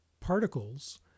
particles